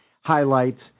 highlights